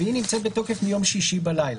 היא נמצאת בתוקף מיום שישי בלילה.